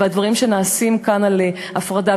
והדברים שנעשים כאן על הפרדה,